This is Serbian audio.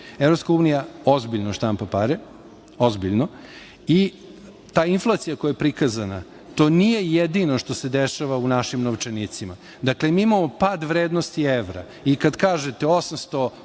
Evropska unija ozbiljno štampa pare, ozbiljno, i ta inflacija koja je prikazana to nije jedino što se dešava u našim novčanicima. Dakle, mi imamo pad vrednosti evra i kad kažete 818